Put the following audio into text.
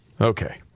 Okay